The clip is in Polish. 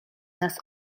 nas